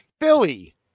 Philly